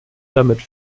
damit